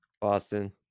Boston